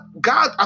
God